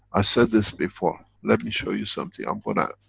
i said this before, let me show you something. i'm gonna.